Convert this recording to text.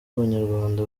abanyarwanda